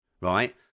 right